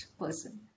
person